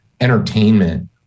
entertainment